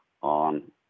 on